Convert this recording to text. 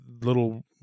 little